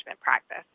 practice